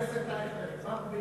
חבר הכנסת אייכלר, פעם,